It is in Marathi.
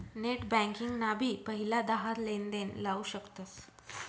नेट बँकिंग ना भी पहिला दहा लेनदेण लाऊ शकतस